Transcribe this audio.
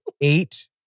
eight